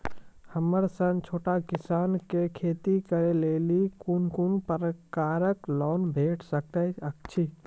हमर सन छोट किसान कअ खेती करै लेली लेल कून कून प्रकारक लोन भेट सकैत अछि?